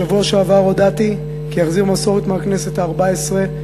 בשבוע שעבר הודעתי כי אחזיר מסורת מהכנסת הארבע-עשרה,